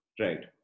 Right